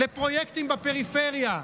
לפרויקטים בפריפריה.